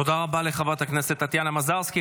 תודה רבה לחברת הכנסת טטיאנה מזרסקי.